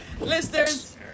Listeners